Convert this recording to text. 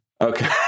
Okay